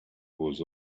was